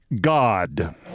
God